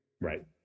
Right